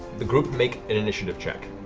the group make an initiative check.